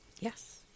Yes